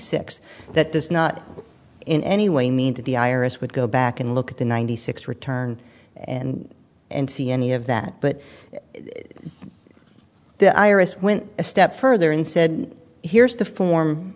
six that does not in any way mean that the i r s would go back and look at the ninety six return and and see any of that but the iris went a step further and said here's the form